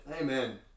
Amen